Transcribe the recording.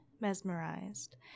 mesmerized